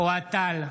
אוהד טל,